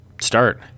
start